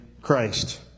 Christ